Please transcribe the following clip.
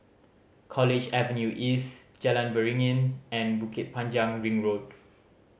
College Avenue East Jalan Beringin and Bukit Panjang Ring Road